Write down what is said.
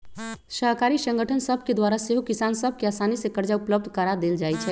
सहकारी संगठन सभके द्वारा सेहो किसान सभ के असानी से करजा उपलब्ध करा देल जाइ छइ